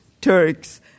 Turks